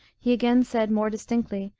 he again said, more distinctly,